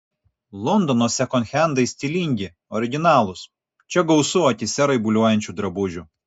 londono sekonhendai stilingi originalūs čia gausu akyse raibuliuojančių drabužių